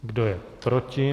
Kdo je proti?